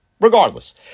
regardless